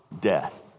death